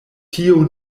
tio